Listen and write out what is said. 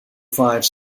five